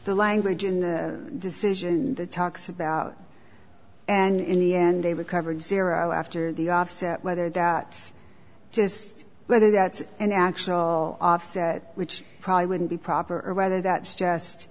the language in the decision that talks about and in the end they recovered zero after the offset whether that just whether that's an actual offset which probably wouldn't be proper or whether that's just